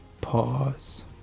pause